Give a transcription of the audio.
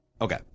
Okay